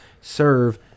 serve